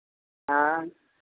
हाँ